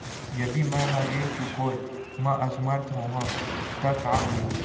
यदि मैं ह ऋण चुकोय म असमर्थ होहा त का होही?